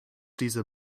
dieser